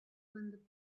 win